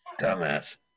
Dumbass